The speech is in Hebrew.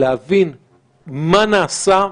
להבין מה נעשה,